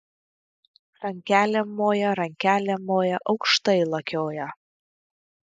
rankelėm moja rankelėm moja aukštai lakioja